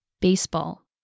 Baseball